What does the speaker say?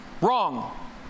wrong